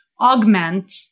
augment